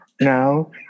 Now